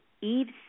Eve's